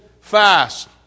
fast